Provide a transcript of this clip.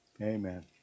Amen